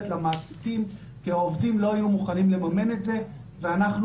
למעסיקים כי העובדים לא יהיו מוכנים לממן את זה ואנחנו,